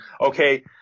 okay